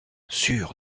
sûr